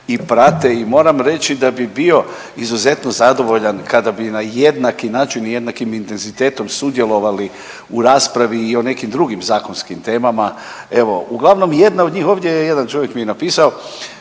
i prate i moram reći da bih bio izuzetno zadovoljan kada bi na jednaki način i jednakim intenzitetom sudjelovali u raspravi i o nekim drugim zakonskim temama. Evo uglavnom jedna od njih ovdje je, jedan čovjek mi je napisao